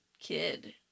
kid